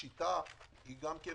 גם השיטה מעניינת.